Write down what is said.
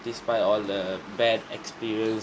despite all the bad experience